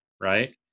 right